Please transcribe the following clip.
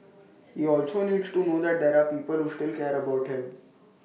he also needs to know that there're people who still care about him